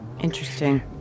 Interesting